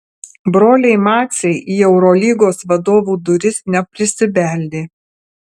broliai maciai į eurolygos vadovų duris neprisibeldė